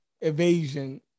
evasion